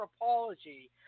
apology